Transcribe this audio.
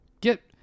Get